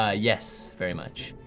ah yes, very much.